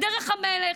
בדרך המלך,